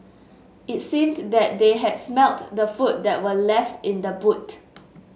it seemed that they had smelt the food that were left in the boot